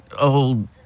old